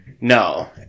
No